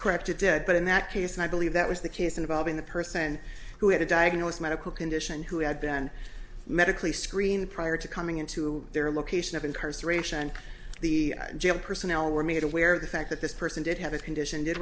corrected it but in that case i believe that was the case involving the person who had a diagnosed medical condition who had been medically screen prior to coming in to their location of incarceration and the jail personnel were made aware of the fact that this person did have a condition did